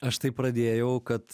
aš tai pradėjau kad